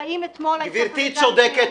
האם אתמול- -- גברתי צודקת.